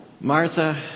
Martha